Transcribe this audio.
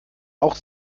auch